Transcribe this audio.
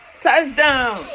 Touchdown